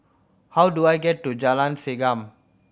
how do I get to Jalan Segam